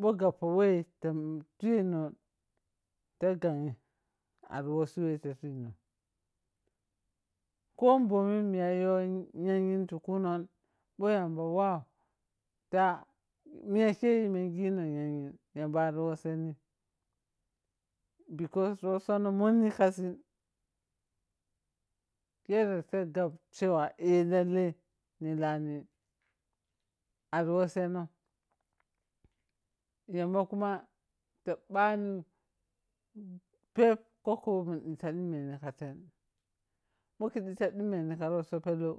ɓhughapg wɛ tatainonta ghai ar wɔsi tuinɔn koh ɓhummi miya ya nyanghinti kung phg yamba wɔu ta miye kiri mengi yi nɔ nyanyhin yamba ar washenin because rutɓo nɔ mhonni ka sii kerie ta ghap cewa a tallei ni lani ar washeno yamba kuma ta bhani phep kwukkoȝun nita ɗhimmini ka tei bhg khiȝii ta ɗhimmeni ba rutso phzɛlgw,